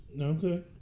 Okay